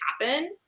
happen